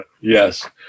Yes